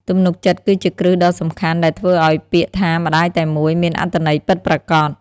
ទំនុកចិត្តគឺជាគ្រឹះដ៏សំខាន់ដែលធ្វើឱ្យពាក្យថា «ម្ដាយតែមួយ» មានអត្ថន័យពិតប្រាកដ។